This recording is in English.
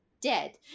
dead